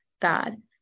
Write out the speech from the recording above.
God